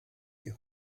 die